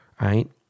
right